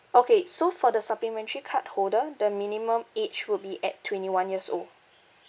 okay so for the supplementary card holder the minimum age would be at twenty one years old